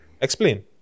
Explain